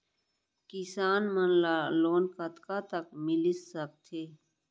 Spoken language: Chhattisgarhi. किसान मन ला लोन कतका तक मिलिस सकथे?